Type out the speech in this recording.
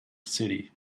city